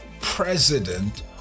president